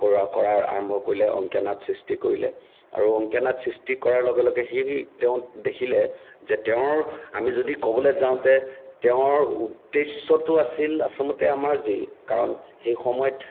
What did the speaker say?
কৰা কৰাৰ আৰম্ভ কৰিলে অংকীয়া নাটৰ সৃষ্টি কৰিলে আৰু অংকীয়া নাট সৃষ্টি কৰাৰ লগে লগে সেই তেওঁ দেখিলে যে তেওঁৰ আমি যদি ক'বলৈ যাওঁ যে তেওঁৰ উদ্দেশ্যটো আছিল আচলতে আমাৰ যি কাৰণ সেই সময়ত